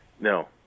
no